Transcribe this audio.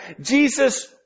Jesus